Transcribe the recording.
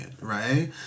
right